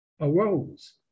arose